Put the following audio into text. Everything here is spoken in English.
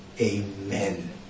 Amen